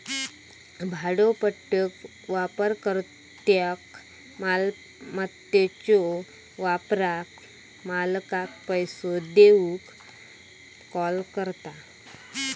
भाड्योपट्टी वापरकर्त्याक मालमत्याच्यो वापराक मालकाक पैसो देऊक कॉल करता